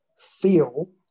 feel